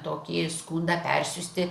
tokį skundą persiųsti